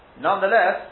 nonetheless